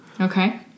Okay